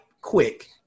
quick